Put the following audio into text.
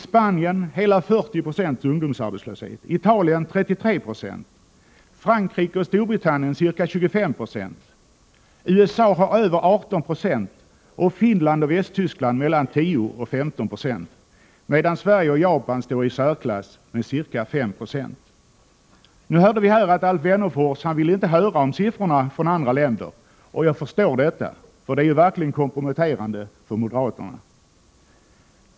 Spanien har hela 40 20 ungdomsarbetslöshet, Italien 33 20, Frankrike och Storbritannien ca 25 96, USA över 18 90 och Finland och Västtyskland mellan 10 och 15 26, medan Sverige och Japan står i särklass med ca 57260. Ni märkte nyss att Alf Wennerfors inte ville höra talas om siffrorna från andra länder, och jag förstår detta, eftersom siffrorna verkligen är komprometterande för moderaterna.